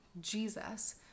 Jesus